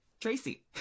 Tracy